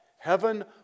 Heaven